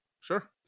Sure